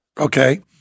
okay